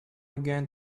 again